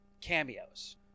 cameos